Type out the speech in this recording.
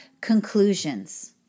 conclusions